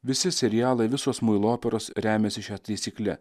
visi serialai visos muilo operos remiasi šia taisykle